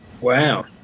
Wow